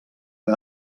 que